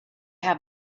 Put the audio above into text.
have